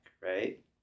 right